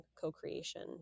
co-creation